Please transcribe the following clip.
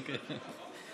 אוקיי?